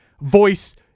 voice